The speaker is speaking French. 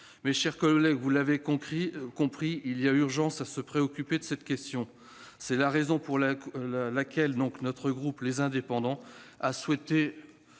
Mes chers collègues, vous l'avez compris, il y a urgence à se préoccuper de cette question. C'est la raison pour laquelle les élus du groupe Les Indépendants ont souhaité